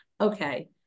okay